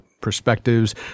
perspectives